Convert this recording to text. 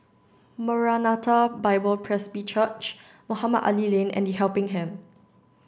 Maranatha Bible Presby Church Mohamed Ali Lane and The Helping Hand